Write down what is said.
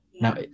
now